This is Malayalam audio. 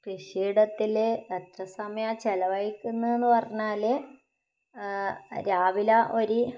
കൃഷിയിടത്തിൽ എത്ര സമയമാ ചിലവഴിക്കുന്നതെന്ന് പറഞ്ഞാൽ രാവിലെ ഒരു